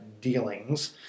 dealings